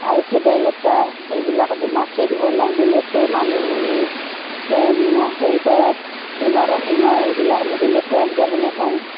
আৰু ভেদাইলতা এইবিলাক আমি মাছে দি বনাওঁ বেলেগকৈ মানিমুনি সেইপাত এই নৰসিংহ এইবিলাক আমি বেলেগকৈ আঞ্জা বনাই খাওঁ